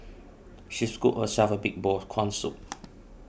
she scooped herself a big bowl of Corn Soup